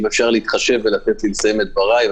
אם אפשר להתחשב ולתת לי לסיים את דבריי.